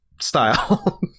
style